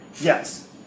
Yes